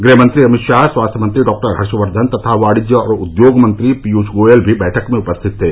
गृहमंत्री अमित शाह स्वास्थ्य मंत्री डॉ हर्षवर्धन तथा वाणिज्य और उद्योग मंत्री पीयूष गोयल भी बैठक में उपस्थित थे